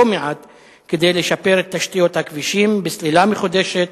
מעט כדי לשפר את תשתיות הכבישים: בסלילה מחודשת,